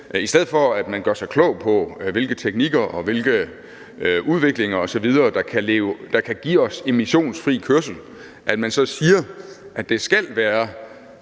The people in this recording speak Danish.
i stedet for at man gør sig klog på, hvilke teknikker og hvilke udviklinger osv. der kan give os emissionsfri kørsel – siger: Det skal være